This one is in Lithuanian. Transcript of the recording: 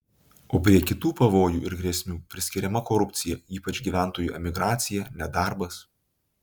o prie kitų pavojų ir grėsmių priskiriama korupcija ypač gyventojų emigracija nedarbas